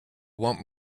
want